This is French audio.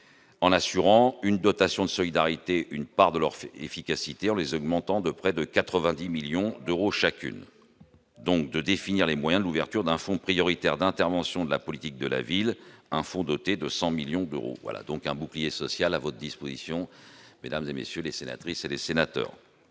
En assurant une dotation de solidarité, une part de leur efficacité en les augmentant de près de 90 millions d'euros chacune donc de définir les moyens, l'ouverture d'un fonds prioritaires d'intervention de la politique de la ville, un fonds doté de 100 millions d'euros, voilà donc un bouclier social à votre disposition, mesdames et messieurs les sénatrices et les sénateurs.